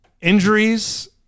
injuries